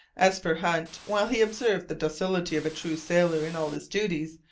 as for hunt, while he observed the docility of a true sailor in all his duties,